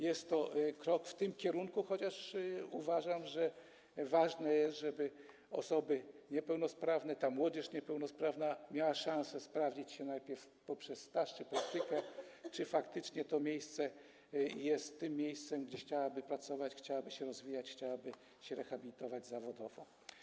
Jest to krok w tym kierunku, chociaż uważam, że ważne jest, jeśli chodzi o osoby niepełnosprawne, żeby młodzież niepełnosprawna miała szansę sprawdzić się najpierw poprzez staż czy praktykę, czy faktycznie to miejsce jest tym miejscem, gdzie chciałaby pracować, chciałaby się rozwijać, chciałaby się rehabilitować zawodowo.